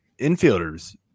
infielders